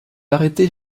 arrêter